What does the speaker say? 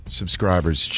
subscribers